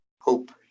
hope